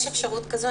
יש אפשרות כזו,